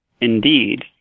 indeed